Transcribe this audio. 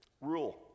rule